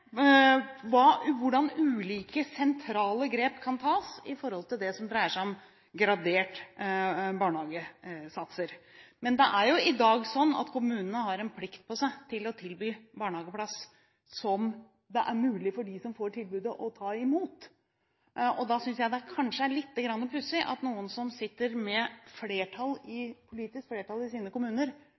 se hvordan ulike sentrale grep kan tas i forhold til det som dreier seg om gradert barnehagesats. Men det er jo i dag sånn at kommunene har plikt til å tilby en barnehageplass som det er mulig for dem som får tilbudet, å ta imot. Da synes jeg kanskje at det er lite grann pussig at noen som sitter med politisk flertall i sine